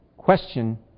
Question